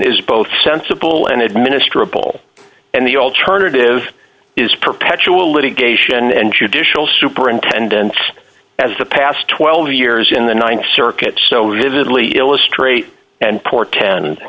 is both sensible and administer a bill and the alternative is perpetual litigation and judicial superintendents as the past twelve years in the th circuit so vividly illustrate and porten